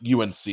UNC